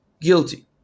guilty